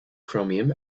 chromium